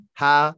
ha